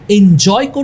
enjoy